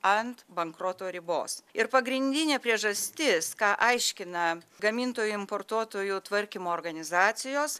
ant bankroto ribos ir pagrindinė priežastis ką aiškina gamintojų importuotojų tvarkymo organizacijos